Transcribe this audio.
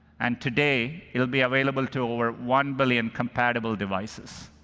and today, it will be available to over one billion compatible devices.